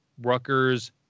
Rutgers